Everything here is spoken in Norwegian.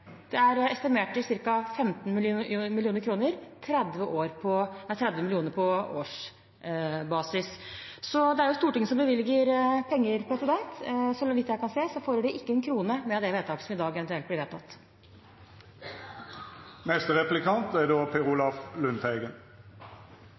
Det er estimert til ca. 15 mill. kr, 30 mill. kr på årsbasis. Det er Stortinget som bevilger penger. Så vidt jeg kan se, følger det ikke én krone med det forslaget som i dag eventuelt blir vedtatt. Statsråd Hauglie er